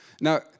Now